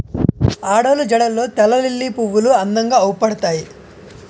ఆడోళ్ళు జడల్లో తెల్లలిల్లి పువ్వులు అందంగా అవుపడతాయి